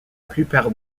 plupart